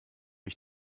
ich